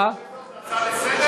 מה זה, הצעה לסדר-היום?